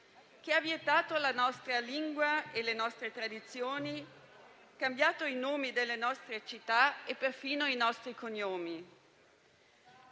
ha vietato la nostra lingua e le nostre tradizioni e cambiato i nomi delle nostre città e perfino i nostri cognomi.